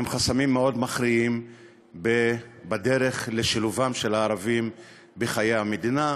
הם חסמים מכריעים מאוד בדרך לשילובם של הערבים בחיי המדינה.